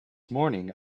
morning